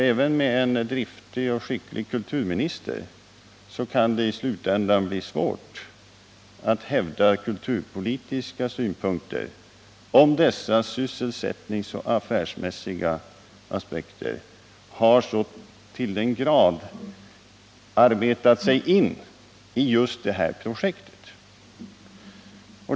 Även med en driftig och skicklig kulturminister kan det i slutänden bli svårt att hävda kulturpolitiska synpunkter om sysselsättningsoch affärsmässiga aspekter så till den grad har arbetat sig in i just det här projektet.